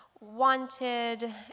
wanted